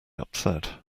upset